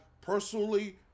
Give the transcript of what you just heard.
personally